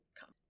come